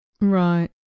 Right